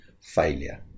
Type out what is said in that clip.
failure